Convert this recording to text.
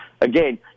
Again